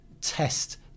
test